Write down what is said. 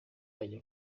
ajya